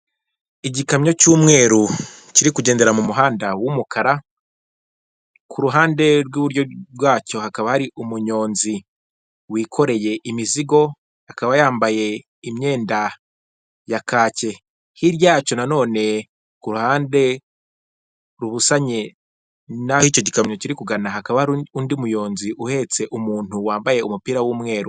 Igikamyo cy'umweru kiri kugendera mu muhanda w'umukara, ku ruhande bw'iburyo bwacyo hakaba hari umunyonzi wikoreye imizigo akaba yambaye imyenda ya kacye, hirya yacyo nanone ku ruhande rubusanye n'aho icyo gikamyo kiri kugana hakaba hari undi munyonzi uhetse umuntu wambaye umupira w'umweru.